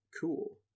cool